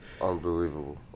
Unbelievable